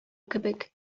кебек